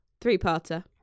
three-parter